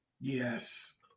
Yes